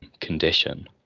condition